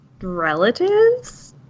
relatives